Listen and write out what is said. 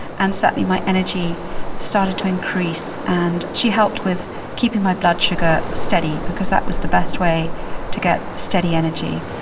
and certainly my energy started to increase. and she helped with keeping my blood sugar steady, because that was the best way to get steady energy.